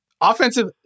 offensive